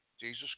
Jesus